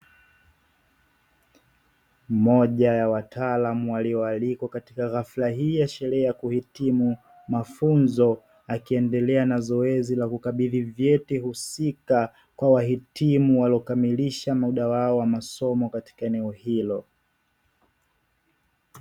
Mmoja ya wataalamu walioalikwa katika hafla hii ya sherehe ya kuhitimu mafunzo. Akiendelea kufanya zoezi la kukabidhi vyeti husika kwa wahitimu waliokamilisha muda wao wa masomo katika eneo hilo.